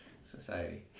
society